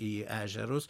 į ežerus